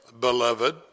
beloved